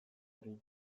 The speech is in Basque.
hori